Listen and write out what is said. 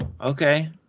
okay